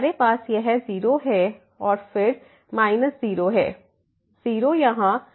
हमारे पास यह 0 है और फिर माइनस 0 है